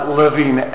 living